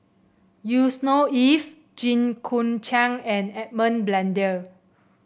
Yusnor Ef Jit Koon Ch'ng and Edmund Blundell